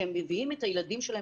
שמביאים את הילדים שלהם,